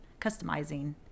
customizing